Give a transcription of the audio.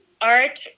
art